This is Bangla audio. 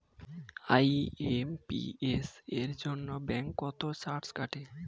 আই.এম.পি.এস এর জন্য ব্যাংক কত চার্জ কাটে?